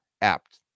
apt